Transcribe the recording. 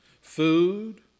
Food